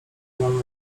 wolno